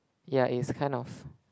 yeah it's kind of